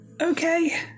okay